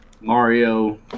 Mario